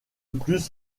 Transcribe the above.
plus